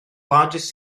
largest